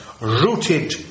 rooted